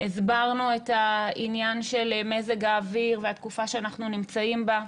הסברנו את העניין של מזג האוויר והתקופה שאנחנו נמצאים בה,